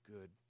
good